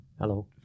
Hello